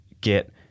get